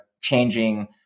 changing